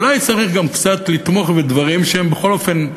אולי צריך גם קצת לתמוך בדברים שהם בכל אופן,